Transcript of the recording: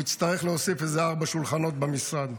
הוא יצטרך להוסיף איזה ארבעה שולחנות במשרד.